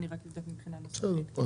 אני רק אבדוק מבחינה נוסחית --- בסדר.